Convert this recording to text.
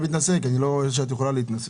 מתנשא כי אני לא מאמין שאת יכולה להתנשא.